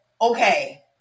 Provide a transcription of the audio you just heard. okay